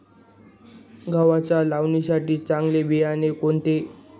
गव्हाच्या लावणीसाठी चांगले बियाणे कोणते?